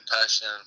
passion